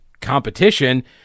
competition